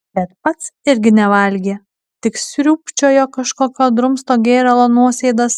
bet pats irgi nevalgė tik sriūbčiojo kažkokio drumsto gėralo nuosėdas